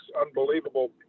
unbelievable